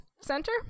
center